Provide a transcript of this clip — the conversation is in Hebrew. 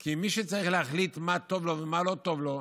כי מי שצריך להחליט מה טוב לו ומה לא טוב לו,